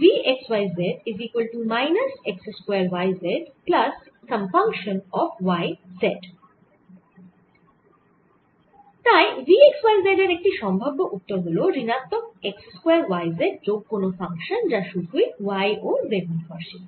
V x y z এর একটি সম্ভাব্য উত্তর হল ঋণাত্মক x স্কয়ার y z যোগ কোন ফাংশান যা সুধুই y ও z নির্ভরশীল